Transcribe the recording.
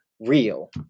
real